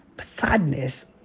sadness